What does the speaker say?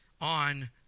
on